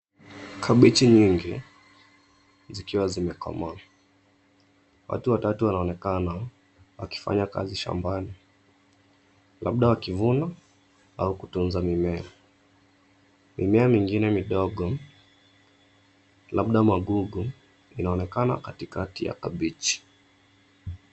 Kabichi nyingi zikiwa zimekomaa. Watu watatu wanaonekana wakifanya kazi shambani labda wakivuna au kutunza mimea. Mimia mingine midogo, labda magugu inaonekana katikati ya kabichi.